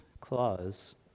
clause